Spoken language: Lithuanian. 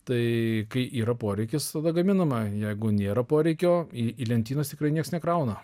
tai kai yra poreikis tada gaminama jeigu nėra poreikio į į lentynas tikrai nieks nekrauna